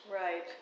right